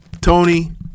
Tony